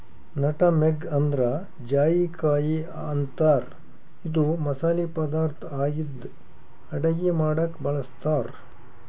nutmeg ಅಂದ್ರ ಜಾಯಿಕಾಯಿ ಅಂತಾರ್ ಇದು ಮಸಾಲಿ ಪದಾರ್ಥ್ ಆಗಿದ್ದ್ ಅಡಗಿ ಮಾಡಕ್ಕ್ ಬಳಸ್ತಾರ್